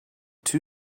two